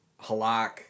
Halak